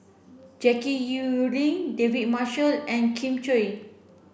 Jackie Yi Ru Ying David Marshall and Kin Chui